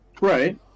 Right